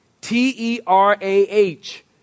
T-E-R-A-H